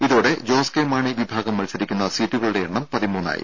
ഇതോടെ ജോസ് കെ മാണി വിഭാഗം മത്സരിക്കുന്ന സീറ്റുകളുടെ എണ്ണം പതിമൂന്നായി